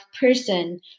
person